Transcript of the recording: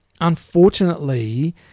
unfortunately